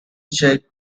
check